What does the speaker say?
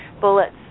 bullets